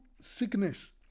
sickness